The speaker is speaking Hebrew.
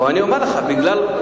בוא אני אומר לך ואני אסביר לך,